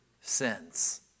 sins